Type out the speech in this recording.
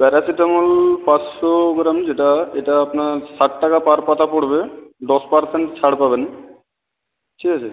paracetamol পাঁচশো gram যেটা এটা আপনার সাত টাকা পার পাতা পড়বে দশ পারসেন্ট ছাড় পাবেন ঠিক আছে